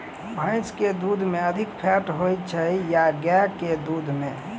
भैंस केँ दुध मे अधिक फैट होइ छैय या गाय केँ दुध में?